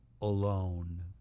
alone